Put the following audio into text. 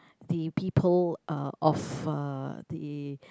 the people uh of uh the